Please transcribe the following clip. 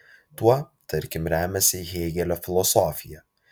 tuo tarkim remiasi hėgelio filosofija